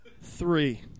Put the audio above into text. Three